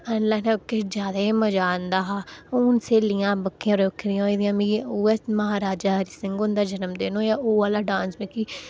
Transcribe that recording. सारें ला किश ज्यादा गै मजा औंदा हा हून स्हेलियां बखरियां बखरियां होई दियां मिगी उ'ऐ महाराजा हरि सिंह हुंदा जन्मदिन होआ ओह् आह्ला डांस मिगी